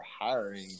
hiring